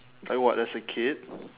like what as a kid